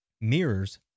mirrors